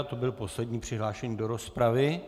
To byl poslední přihlášený do rozpravy.